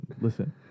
listen